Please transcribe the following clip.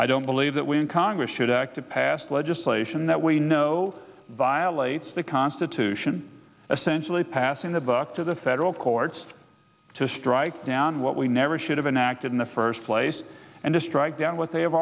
i don't believe that we in congress should act to pass legislation that we know violates the constitution essentially passing the buck to the federal courts to strike down what we never should have enacted in the first place and to strike down what they